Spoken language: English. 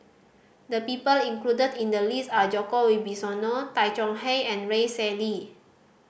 the people included in the list are Djoko Wibisono Tay Chong Hai and Rex Shelley